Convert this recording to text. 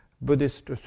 Buddhist